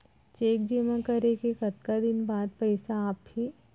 Cheque जेमा करे के कतका दिन बाद पइसा आप ही?